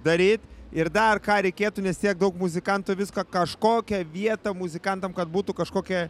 daryt ir dar ką reikėtų nes tiek daug muzikantų viską kažkokią vietą muzikantam kad būtų kažkokia